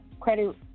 Credit